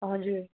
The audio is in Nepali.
हजुर